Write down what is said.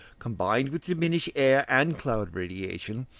combined with diminished air and cloud-radiation,